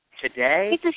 Today